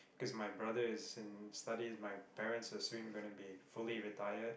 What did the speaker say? cause my brother is in studies my parents are soon going to be fully retired